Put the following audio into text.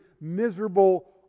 miserable